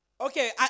Okay